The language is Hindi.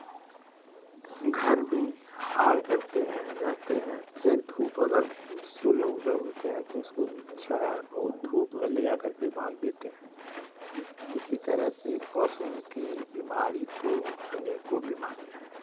घर में हाड़ करते हैं रहते हैं फिर धूप अगर सूर्य उदय होते हैं तो उसको छाया को धूप में ले जाकर बांध देते हैं इसी तरह से पशुओं की बीमारी तो अनेको बिमारियाँ है